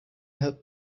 helped